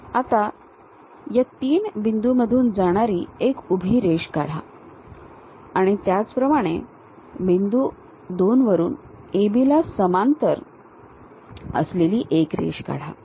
आता या 3 बिंदूमधून जाणारी एक उभी रेष काढा आणि त्याचप्रमाणे बिंदू 2 वरून A B ला समांतर असलेली एक रेषा काढा